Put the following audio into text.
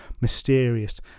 Mysterious